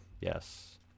Yes